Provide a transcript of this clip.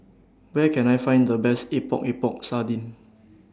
Where Can I Find The Best Epok Epok Sardin